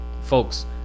folks